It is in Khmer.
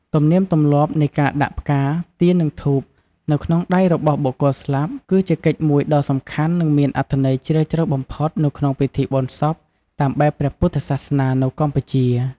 ទំនៀមទម្លាប់នៃការដាក់ ផ្កា ទៀន និងធូប នៅក្នុងដៃរបស់បុគ្គលស្លាប់ គឺជាកិច្ចមួយដ៏សំខាន់ និងមានអត្ថន័យជ្រាលជ្រៅបំផុតនៅក្នុងពិធីបុណ្យសពតាមបែបព្រះពុទ្ធសាសនានៅកម្ពុជា។